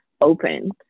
open